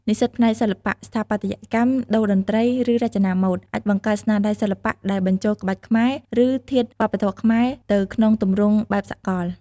និស្សិតផ្នែកសិល្បៈ ស្ថាបត្យកម្ម តូរ្យតន្ត្រី ឬរចនាម៉ូដ អាចបង្កើត ស្នាដៃសិល្បៈ ដែលបញ្ចូលក្បាច់ខ្មែរ ឬធាតុវប្បធម៌ខ្មែរទៅក្នុងទម្រង់បែបសកល។